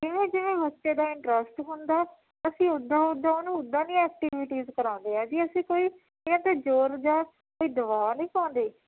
ਜਿਵੇਂ ਜਿਵੇਂ ਬੱਚੇ ਦਾ ਇੰਟਰੱਸਟ ਹੁੰਦਾ ਅਸੀਂ ਉੱਦਾਂ ਉੱਦਾਂ ਉਹਨੂੰ ਉੱਦਾਂ ਦੀਆਂ ਐਕਟੀਵੀਟਿਜ਼ ਕਰਾਉਂਦੇ ਹੈ ਜੀ ਅਸੀਂ ਕੋਈ ਇਨ੍ਹਾਂ 'ਤੇ ਜ਼ੋਰ ਜਾਂ ਕੋਈ ਦਬਾਅ ਨਹੀਂ ਪਾਉਂਦੇ